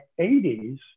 80s